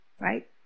right